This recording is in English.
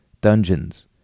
dungeons